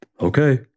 Okay